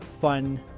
fun